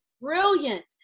brilliant